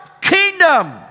kingdom